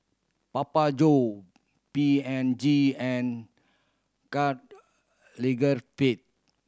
Papa John P and G and Karl Lagerfeld